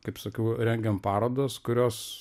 kaip sakiau rengiam parodas kurios